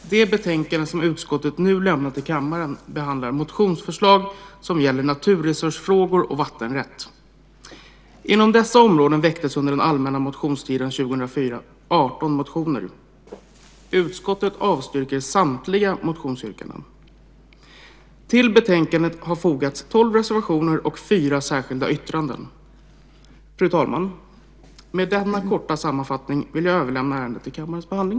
Fru talman! Jag ska göra en kortfattad redogörelse för detta ärende. Det betänkande som utskottet nu överlämnar till kammaren behandlar motionsförslag som gäller naturresursfrågor och vattenrätt. Inom dessa områden väcktes 18 motioner under den allmänna motionstiden 2004. Utskottet avstyrker samtliga motionsyrkanden. Till betänkandet har fogats 12 reservationer och fyra särskilda yttranden. Fru talman! Med denna korta sammanfattning vill jag överlämna ärendet till kammarens behandling.